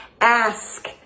Ask